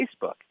Facebook